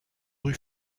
rue